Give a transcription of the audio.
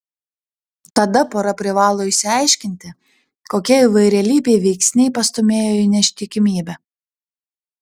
tada pora privalo išsiaiškinti kokie įvairialypiai veiksniai pastūmėjo į neištikimybę